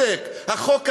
ובצדק: החוק הזה,